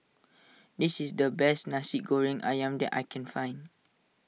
this is the best Nasi Goreng Ayam that I can find